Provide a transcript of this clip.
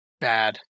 bad